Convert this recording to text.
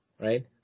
right